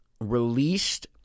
Released